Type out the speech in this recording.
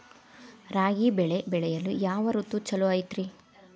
ರಾಗಿ ಬೆಳೆ ಬೆಳೆಯಲು ಯಾವ ಋತು ಛಲೋ ಐತ್ರಿ?